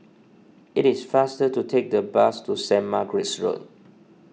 it is faster to take the bus to Saint Margaret's Road